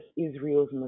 Israel's